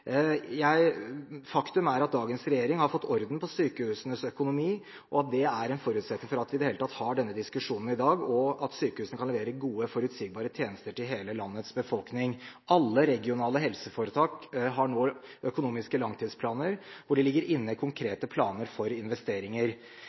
Faktum er at dagens regjering har fått orden på sykehusenes økonomi – det er en forutsetning for at vi i det hele tatt har denne diskusjonen i dag – og at sykehusene kan levere gode, forutsigbare tjenester til hele landets befolkning. Alle regionale helseforetak har nå økonomiske langtidsplaner hvor det ligger inne